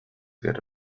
gero